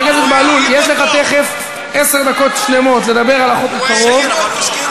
חבר הכנסת חזן מסר הודעה אישית.